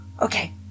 Okay